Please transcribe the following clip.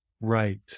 Right